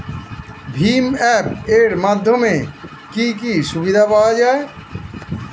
ভিম app এর মাধ্যমে কি কি সুবিধা পাওয়া যায়?